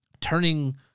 turning